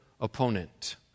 opponent